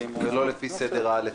ולא לפי סדר א'-ב'.